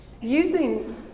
using